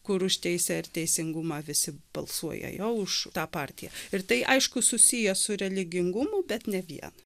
kur už teisę ir teisingumą visi balsuoja jo už tą partiją ir tai aišku susiję su religingumu bet ne vien